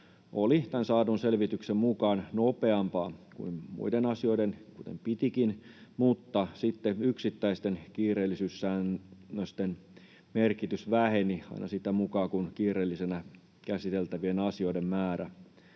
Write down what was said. oli tämän saadun selvityksen mukaan nopeampaa kuin muiden asioiden, kuten pitikin, mutta sitten yksittäisten kiireellisyyssäännösten merkitys väheni aina sitä mukaa, kun kiireellisenä käsiteltävien asioiden määrä